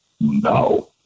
no